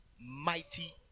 mighty